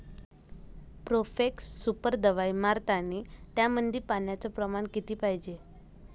Profex Super दवाई मारतानी त्यामंदी पान्याचं प्रमाण किती पायजे?